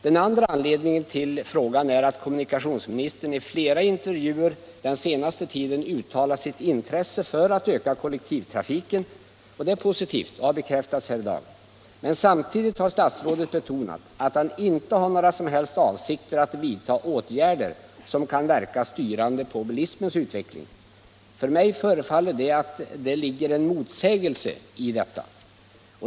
Den andra anledningen till frågan är att kommunikationsministern i flera intervjuer den senaste tiden har uttalat sitt intresse för att öka kollektivtrafiken. Det är positivt och har bekräftats här i dag. Men samtidigt har statsrådet betonat att han inte har några som helst avsikter att vidta åtgärder som kan verka styrande på bilismens utveckling. Det förefaller mig som om det ligger en motsägelse i detta.